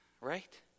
right